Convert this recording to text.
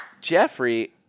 Jeffrey